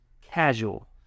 casual